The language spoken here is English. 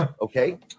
Okay